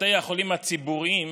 בתי החולים הציבוריים